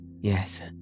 yes